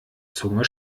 zunge